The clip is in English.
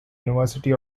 university